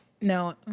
No